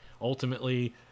ultimately